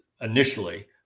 initially